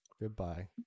Goodbye